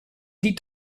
liegt